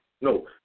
No